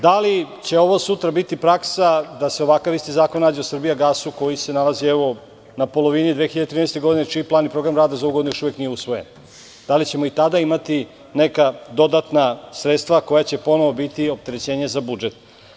Da li će ovo sutra biti praksa da se isti ovakav zakon nađe u "Srbijagasu" koji se nalazi na polovini 2013. godine čiji plan i program rada za ovu godinu još uvek nije usvojen, da li ćemo i tada imati dodatna sredstva koja će ponovo biti opterećenje za budžet.